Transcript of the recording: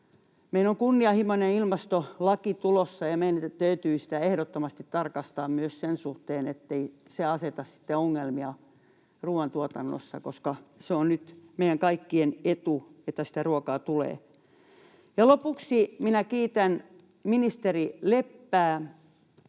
Meillä on kunnianhimoinen ilmastolaki tulossa, ja meidän täytyy sitä ehdottomasti tarkastaa myös sen suhteen, ettei se aseta sitten ongelmia ruoantuotannossa, koska se on nyt meidän kaikkien etu, että sitä ruokaa tulee. Ja lopuksi kiitän ministeri Leppää.